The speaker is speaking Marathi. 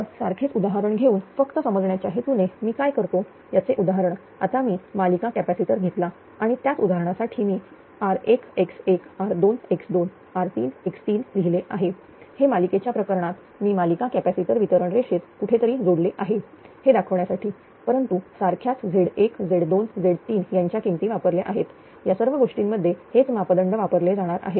तर सारखेच उदाहरण घेऊन फक्त समजण्याच्या हेतूने मी काय करतो त्याचे उदाहरण आता मी मालिका कॅपॅसिटर घेतला आहे आणि त्याचं उदाहरणासाठी मी r1x1r2x2r3x3 लिहिले आहे हे मालिकेच्या प्रकरणात मी मालिका कॅपॅसिटर वितरण रेषेत कुठेतरी जोडला आहे हे दाखवण्यासाठी परंतु सारख्याच Z1Z2Z3 यांच्या किमती वापरल्या आहेतया सर्व गोष्टींमध्ये हेच मापदंड वापरले जाणार आहेत